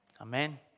Amen